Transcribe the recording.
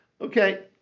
okay